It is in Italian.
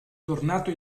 tornato